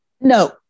no